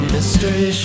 Mystery